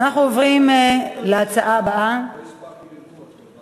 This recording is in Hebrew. התרבות והספורט נתקבלה.